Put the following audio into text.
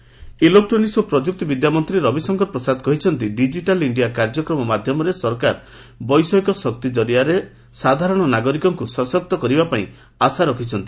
ପ୍ରସାଦ financial electronics ଏବଂ ପ୍ରଯୁକ୍ତି ବିଦ୍ୟା ମନ୍ତ୍ରୀ ରବିଶଙ୍କର ପ୍ରସାଦ କହିଛନ୍ତି ଡିଜିଟାଲ ଇଣ୍ଡିଆ କାର୍ଯ୍ୟକ୍ରମ ମାଧ୍ୟମରେ ସରକାର ବୈଷୟିକ ଶକ୍ତି ଜରିଆରେ ସାଧାରଣ ନାଗରିକଙ୍କୁ ସଶକ୍ତ କରିବା ପାଇଁ ଆଶା ରଖିଛନ୍ତି